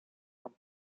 mam